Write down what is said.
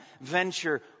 venture